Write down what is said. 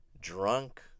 drunk